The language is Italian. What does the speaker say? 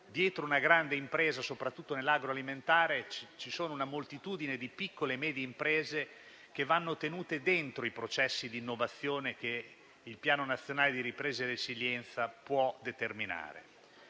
dietro una grande impresa, soprattutto nell'agroalimentare, c'è una moltitudine di piccole e medie imprese che vanno tenute dentro i processi di innovazione che il Piano nazionale di ripresa e resilienza può determinare.